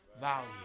Value